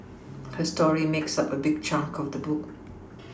her story makes up a big chunk of the book